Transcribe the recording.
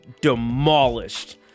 demolished